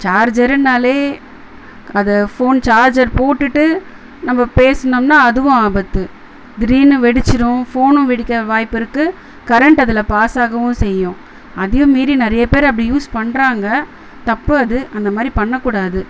சார்ஜருனாலே அதை phone charger போட்டுட்டு நம்ம பேசுனோம்னால் அதுவும் ஆபத்து திடிர்னு வெடிச்சிடும் ஃபோனும் வெடிக்க வாய்ப்பு இருக்குது கரண்ட்டு அதில் பாஸ் ஆகவும் செய்யும் அதையும் மீறி நிறையப்பேரு அப்படி யூஸ் பண்ணுறாங்க தப்பு அது அந்த மாதிரி பண்ணக்கூடாது